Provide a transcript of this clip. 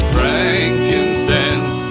Frankincense